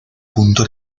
punto